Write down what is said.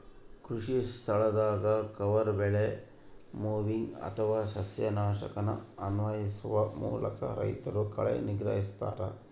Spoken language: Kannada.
ಕೃಷಿಸ್ಥಳದಾಗ ಕವರ್ ಬೆಳೆ ಮೊವಿಂಗ್ ಅಥವಾ ಸಸ್ಯನಾಶಕನ ಅನ್ವಯಿಸುವ ಮೂಲಕ ರೈತರು ಕಳೆ ನಿಗ್ರಹಿಸ್ತರ